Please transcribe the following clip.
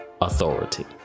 Authority